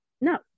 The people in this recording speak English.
no